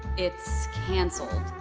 it's cancelled.